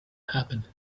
happened